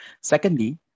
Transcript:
Secondly